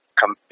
come